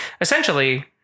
essentially